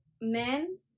Men